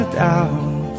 doubt